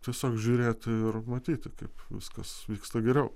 tiesiog žiūrėti ir matyti kaip viskas vyksta geriau